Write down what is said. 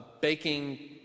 baking